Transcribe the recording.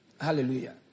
Hallelujah